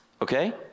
Okay